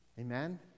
Amen